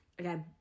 Okay